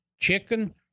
chicken